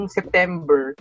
September